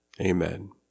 amen